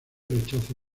rechazo